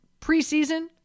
preseason